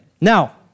Now